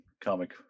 comic